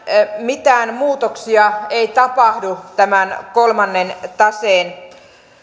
mitään muutoksia ei tapahdu tämän kolmannen